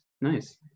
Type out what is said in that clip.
Nice